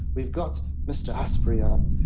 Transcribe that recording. we've got mr. asprey up.